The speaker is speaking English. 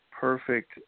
perfect